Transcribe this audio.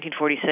1946